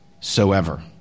soever